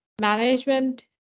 management